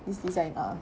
this design lah